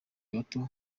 bato